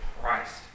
Christ